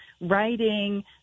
writing